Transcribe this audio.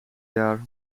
jaar